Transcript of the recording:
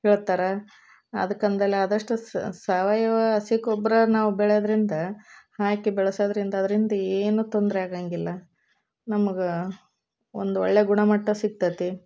ಹೇಳ್ತಾರೆ ಅದಕ್ಕಂಗೆಲ್ಲ ಆದಷ್ಟು ಸಾವಯವ ಹಸಿ ಗೊಬ್ಬರ ನಾವು ಬೆಳೆಯೋದ್ರಿಂದ ಹಾಕಿ ಬೆಳೆಸೋದ್ರಿಂದ ಅದರಿಂದ ಏನೂ ತೊಂದರೆ ಆಗೋಂಗಿಲ್ಲ ನಮ್ಗೆ ಒಂದು ಒಳ್ಳೆಯ ಗುಣಮಟ್ಟ ಸಿಗ್ತತಿ